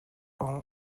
ong